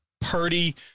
Purdy